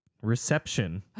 Reception